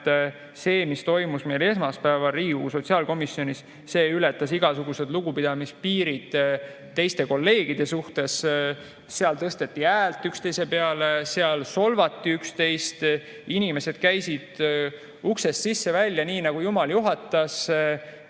et see, mis toimus meil esmaspäeval Riigikogu sotsiaalkomisjonis, see ületas igasugused piirid [suhtumises] teistesse kolleegidesse. Seal tõsteti häält üksteise peale, seal solvati üksteist. Inimesed käisid uksest sisse-välja, nii nagu jumal juhatas.